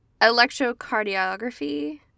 electrocardiography